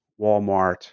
Walmart